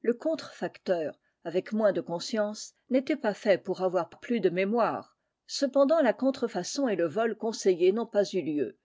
le contrefacteur avec moins de conscience n'était pas fait pour avoir plus de mémoire cependant la contrefaçon et le vol conseillé n'ont pas eu lieu